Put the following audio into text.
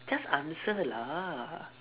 just answer lah